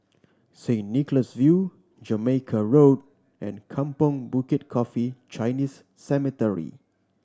Saint Nicholas View Jamaica Road and Kampong Bukit Coffee Chinese Cemetery